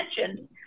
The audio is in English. mentioned